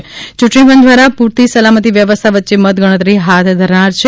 યૂંટણીપંચ દ્વારા પૂરતી સલામતી વ્યવસ્થા વચ્ચે મતગણતરી હાથ ધરનાર છે